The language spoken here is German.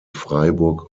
freiburg